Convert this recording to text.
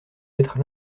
être